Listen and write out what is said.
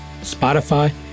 Spotify